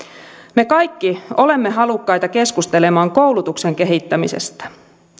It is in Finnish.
me kaikki olemme halukkaita keskustelemaan koulutuksen kehittämisestä